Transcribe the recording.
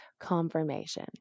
confirmation